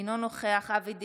אינו נוכח אבי דיכטר,